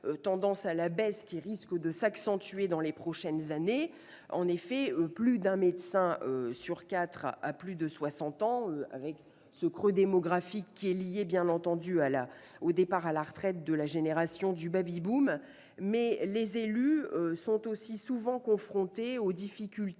tendance à la baisse qui risque de s'accentuer dans les prochaines années. En effet, plus d'un médecin sur quatre a plus de 60 ans. Ce creux démographique est lié, bien entendu, au départ à la retraite de la génération du. Les élus doivent souvent faire face aux difficultés